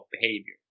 behavior